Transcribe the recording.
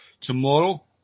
tomorrow